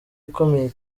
ikomeye